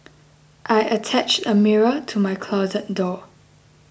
I attached a mirror to my closet door